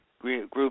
Group